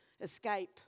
escape